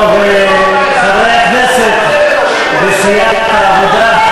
טוב, חברי הכנסת מסיעת העבודה.